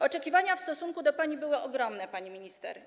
Oczekiwania w stosunku do pani były ogromne, pani minister.